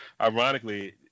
ironically